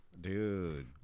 Dude